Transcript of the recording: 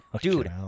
dude